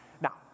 Now